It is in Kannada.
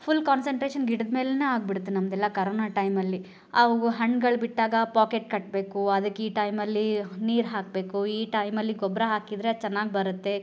ಫುಲ್ ಕಾನ್ಸನ್ಟ್ರೇಷನ್ ಗಿಡದ ಮೇಲೆಯೇ ಆಗಿಬಿಡ್ತು ನಮ್ಮದೆಲ್ಲ ಕರೋನ ಟೈಮಲ್ಲಿ ಆವಾಗ ಹಣ್ಗಳು ಬಿಟ್ಟಾಗ ಪಾಕೆಟ್ ಕಟ್ಟಬೇಕು ಅದಕ್ಕೆ ಈ ಟೈಮಲ್ಲಿ ನೀರು ಹಾಕಬೇಕು ಈ ಟೈಮಲ್ಲಿ ಗೊಬ್ಬರ ಹಾಕಿದರೆ ಅದು ಚೆನ್ನಾಗಿ ಬರುತ್ತೆ